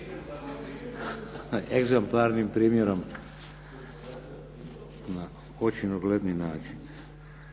egzemplarnim primjerom na očinogledni način.